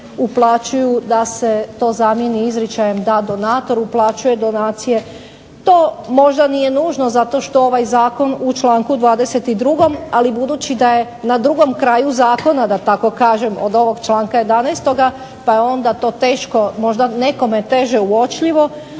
uplaćuju da se to zamjeni da donator uplaćuje donacije. To možda nije nužno zato što ovaj zakon u članku 22. ali budući da je na drugom kraju zakona da tako kažem, od ovog članka 11. pa je onda to teško možda nekome teže uočljivo.